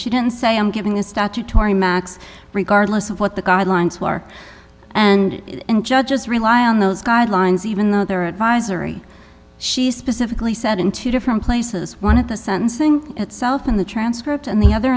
she didn't say i'm giving a statutory max regardless of what the guidelines were and judges rely on those guidelines even though they're advisory she specifically said in two different places one of the sentencing itself in the transcript and the other